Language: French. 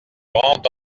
rend